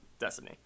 Destiny